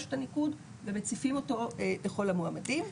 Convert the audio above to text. את הניקוד ומציפים אותו לכל המועמדים.